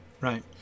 Right